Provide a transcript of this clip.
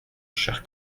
cher